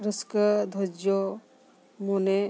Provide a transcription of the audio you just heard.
ᱨᱟᱹᱥᱠᱟᱹ ᱫᱷᱳᱡᱡᱚ ᱢᱚᱱᱮ